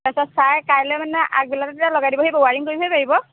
পাছত চাই কাইলৈ মানে আগবেলাতে তেতিয়া লগাই দিবহি আকৌ ৱাৰিং কৰিবহি পাৰিব